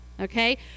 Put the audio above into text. Okay